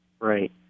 Right